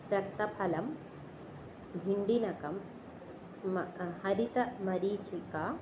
रक्तफलं भिन्डिनकं म हरित मरीचिका